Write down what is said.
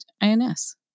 INS